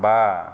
बा